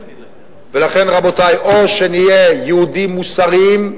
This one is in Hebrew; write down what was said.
ולכן, רבותי, או שנהיה יהודים מוסריים,